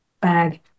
bag